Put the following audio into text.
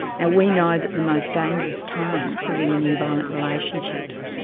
now we know that the most dangerous time for women in violent relationships,